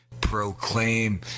proclaim